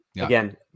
again